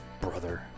brother